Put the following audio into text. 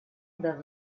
del